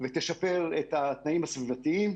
ותשפר את התנאים הסביבתיים,